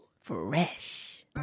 fresh